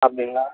அப்படிங்களா